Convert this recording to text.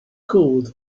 cooled